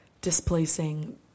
displacing